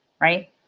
right